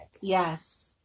Yes